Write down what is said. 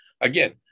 Again